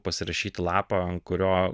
pasirašyti lapą kurio